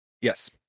Yes